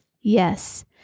yes